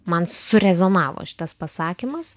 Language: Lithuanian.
man surezonavo šitas pasakymas